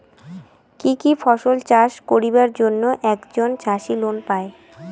কি কি ফসল চাষ করিবার জন্যে একজন চাষী লোন পায়?